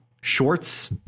shorts